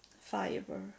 fiber